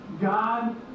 God